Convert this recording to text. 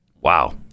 Wow